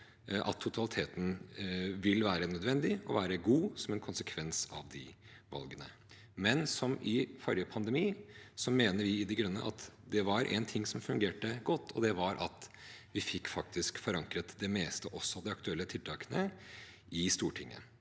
at totaliteten vil være nødvendig og god som en konsekvens av de valgene. Som i forrige pandemi mener vi i De Grønne at en ting som fungerte godt, var at vi faktisk fikk forankret det meste – også de aktuelle tiltakene – i Stortinget.